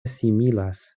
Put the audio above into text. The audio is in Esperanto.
similas